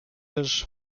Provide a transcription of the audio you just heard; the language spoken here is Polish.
też